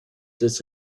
des